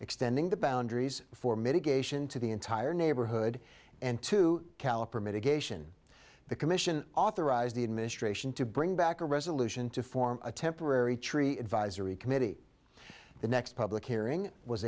extending the boundaries for mitigation to the entire neighborhood and to caliper mitigation the commission authorized the administration to bring back a resolution to form a temporary tree advisory committee the next public hearing